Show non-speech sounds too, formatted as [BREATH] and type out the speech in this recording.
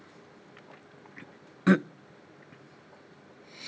[COUGHS] [BREATH]